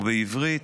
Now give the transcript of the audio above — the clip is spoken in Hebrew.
ובעברית,